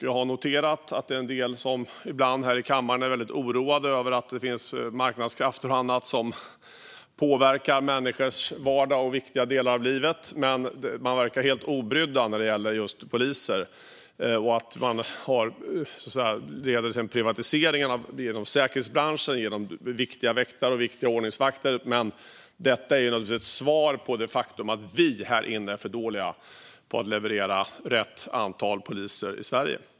Jag har noterat att det är en del här i kammaren som ibland är väldigt oroade över att det finns marknadskrafter och annat som påverkar människors vardag och viktiga delar av livet. Men de verkar helt obrydda när det gäller just poliser. Det finns viktiga väktare och ordningsvakter inom den privatiserade säkerhetsbranschen. Men det är naturligtvis ett svar på det faktum att vi här inne är för dåliga på att leverera rätt antal poliser i Sverige.